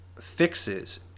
fixes